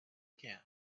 can